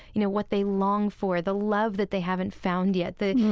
you know, what they long for the love that they haven't found yet, the,